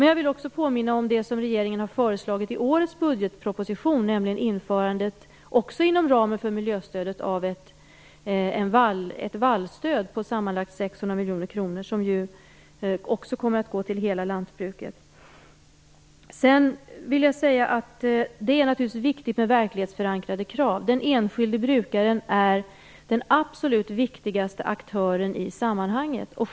Jag vill påminna om det som regeringen har föreslagit i årets budgetproposition - också detta inom ramen för miljöstödet - nämligen införandet av ett vallstöd på sammanlagt 600 miljoner kronor som också kommer att gå till hela lantbruket. Det är naturligtvis viktigt med verklighetsförankrade krav. Den enskilde brukaren är den absolut viktigaste aktören i sammanhanget.